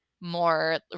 more